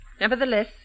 Nevertheless